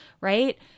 right